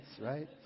right